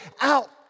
out